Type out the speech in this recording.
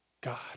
God